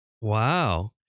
Wow